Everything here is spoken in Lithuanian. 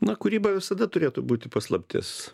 na kūryba visada turėtų būti paslaptis